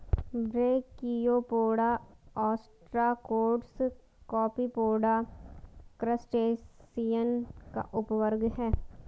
brachiopoda, ostracods, Copepoda, crustacean का उपवर्ग है